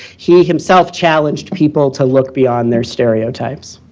he himself challenged people to look beyond their stereotypes.